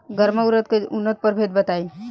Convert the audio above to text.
गर्मा उरद के उन्नत प्रभेद बताई?